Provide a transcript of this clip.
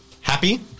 Happy